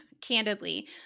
candidly